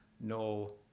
no